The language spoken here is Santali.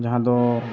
ᱡᱟᱦᱟᱸ ᱫᱚᱻ